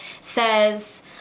says